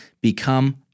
become